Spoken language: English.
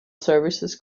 services